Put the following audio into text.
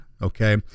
Okay